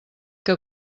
que